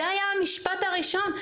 זה היה המשפט הראשון.